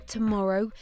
Tomorrow